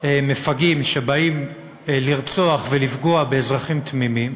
מפגעים שבאים לרצוח ולפגוע באזרחים תמימים,